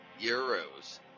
euros